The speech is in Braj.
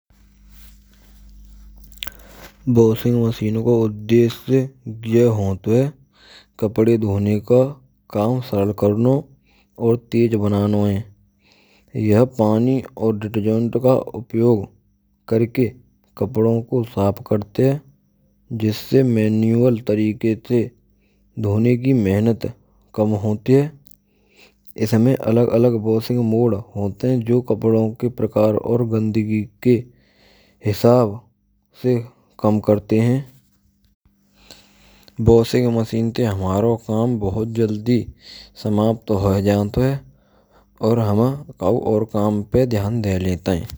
Washing machine ko uddeshy yah hota h kapde dhone ka kam saral karno aur tej banana hai. Yha pani aur ditegent ka upyog Karke kapdon ko saaf Karte hai jisse manual tarike te dhone ki mehnat kam hote ha. Isme alag alag washing mode hote hai jo kapdon ke prakar aur gandgi Ke hisab se kam Karte hain. Washing machine te hamaro kam bahut jaldi samapt hoye Jata hai aur ham kayi aur kam per dhyan de lete hai.